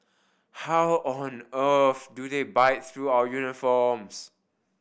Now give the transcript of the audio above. how on earth do they bite through our uniforms